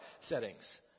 settings